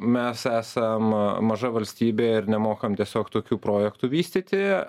mes esam maža valstybė ir nemokam tiesiog tokių projektų vystyti